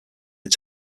its